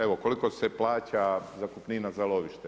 Evo koliko se plaća zakupnina za lovište?